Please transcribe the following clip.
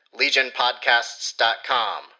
LegionPodcasts.com